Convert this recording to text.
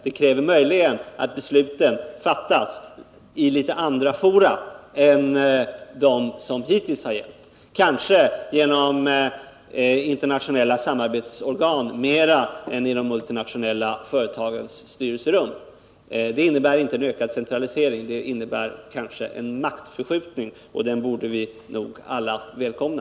Den kräver möjligen att besluten fattas i litet andra fora än som hittills har gällt, kanske genom internationella samarbetsorgan mera än i de multinationella företagens styrelserum. Det innebär inte en ökad centralisering. Det innebär kanske en maktförskjutning, och den borde vi nog alla välkomna.